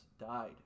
died